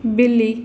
ਬਿੱਲੀ